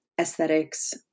Aesthetics